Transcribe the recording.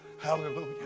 Hallelujah